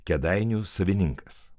kėdainių savininkas